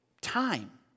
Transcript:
time